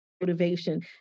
motivation